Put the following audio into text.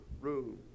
room